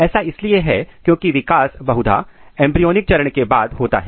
ऐसा इसलिए है क्योंकि विकास बहुधा एंब्रीयॉनिक चरण के बाद होता है